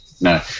No